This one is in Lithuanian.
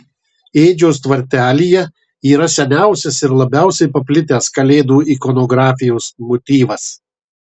ėdžios tvartelyje yra seniausias ir labiausiai paplitęs kalėdų ikonografijos motyvas